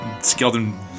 skeleton